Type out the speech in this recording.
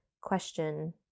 question